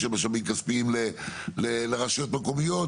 של משאבים כספיים לרשויות מקומיות,